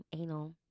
anal